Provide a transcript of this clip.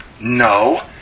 No